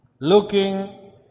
Looking